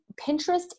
Pinterest